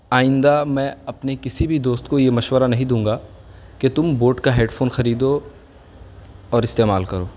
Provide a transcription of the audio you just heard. آئندہ میں اپنے کسی بھی دوست کو یہ مشورہ نہیں دوں گا کہ تم بوٹ کا ہیڈ فون خریدو اور استعمال کرو